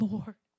Lord